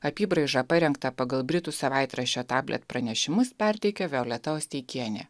apybraižą parengtą pagal britų savaitraščio tablet pranešimus perteikia violeta osteikienė